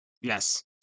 Yes